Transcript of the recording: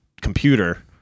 computer